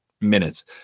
minutes